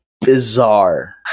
bizarre